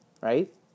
right